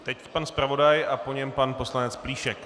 Teď pan zpravodaj a po něm pan poslanec Plíšek.